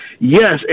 Yes